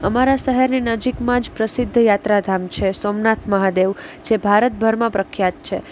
અમારા શહેરની નજીકમાં જ પ્રસિદ્ધ યાત્રાધામ છે સોમનાથ મહાદેવ જે ભારતભરમાં પ્રખ્યાત છે